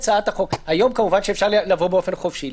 היום כמובן אפשר לבוא באופן חופשי.